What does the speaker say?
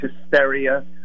hysteria